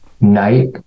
night